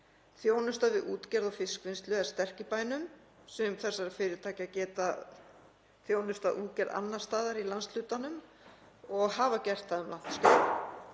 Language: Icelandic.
Þjónusta við útgerð og fiskvinnslu er sterk í bænum. Sum þessara fyrirtækja geta þjónustað útgerð annars staðar í landshlutanum og hafa gert um langt